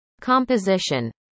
Composition